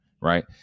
right